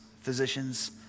physicians